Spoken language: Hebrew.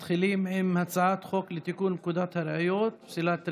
מתחילים בהצעת חוק לתיקון פקודת הראיות (פסילת ראיה),